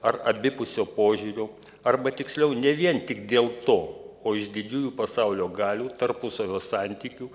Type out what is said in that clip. ar abipusio požiūrio arba tiksliau ne vien tik dėl to o iš didžiųjų pasaulio galių tarpusavio santykių